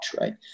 right